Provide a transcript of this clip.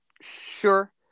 sure